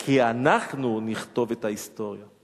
כי אנחנו נכתוב את ההיסטוריה.